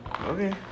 Okay